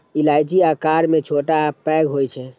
इलायची आकार मे छोट आ पैघ होइ छै